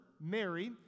Mary